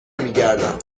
میگردم